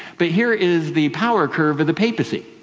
but here is the power curve of the papacy.